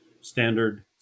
standard